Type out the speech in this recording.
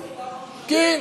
לא,